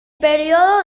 período